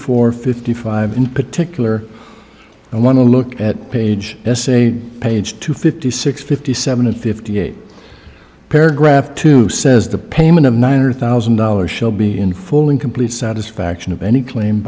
four fifty five in particular i want to look at page essay page two fifty six fifty seven fifty eight paragraph two says the payment of nine hundred thousand dollars shall be in full and complete satisfaction of any claim